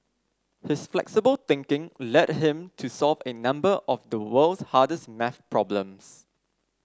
his flexible thinking led him to solve a number of the world's hardest maths problems